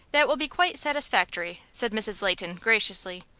that will be quite satisfactory, said mrs. leighton, graciously.